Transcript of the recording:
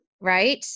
Right